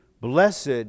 Blessed